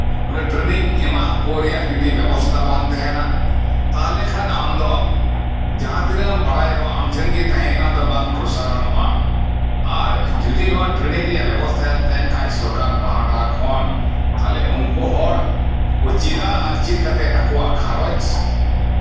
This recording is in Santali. ᱴᱮᱨᱱᱤᱝ ᱮᱢᱟ ᱠᱚ ᱨᱮᱭᱟᱜ ᱡᱚᱫᱤ ᱵᱮᱵᱚᱥᱛᱷᱟ ᱵᱟᱝ ᱛᱟᱦᱮᱱᱟ ᱛᱟᱦᱚᱞᱮ ᱠᱷᱟᱱ ᱟᱢ ᱫᱚ ᱡᱟᱦᱟᱸ ᱛᱤᱱᱟᱹᱜ ᱮᱢ ᱵᱟᱲᱟᱭ ᱨᱮᱦᱚᱸ ᱟᱢ ᱴᱷᱮᱱᱜᱮ ᱛᱟᱦᱮᱸ ᱭᱮᱱᱟ ᱵᱟᱝ ᱯᱨᱚᱥᱟᱨᱚᱱᱱᱟ ᱟᱨ ᱡᱚᱫᱤ ᱱᱚᱣᱟ ᱴᱮᱨᱱᱤᱝ ᱨᱮᱭᱟᱜ ᱵᱮᱵᱚᱥᱛᱷᱟ ᱛᱟᱦᱮᱱ ᱠᱷᱟᱱ ᱥᱚᱨᱠᱟᱨ ᱯᱟᱦᱴᱟ ᱠᱷᱚᱱ ᱛᱟᱦᱚᱞᱮ ᱩᱱᱠᱩ ᱦᱚᱲ ᱪᱮᱫᱟ ᱟᱨ ᱪᱮᱫ ᱠᱟᱛᱮᱜ ᱟᱠᱚᱣᱟᱜ ᱜᱷᱟᱨᱚᱸᱡᱽ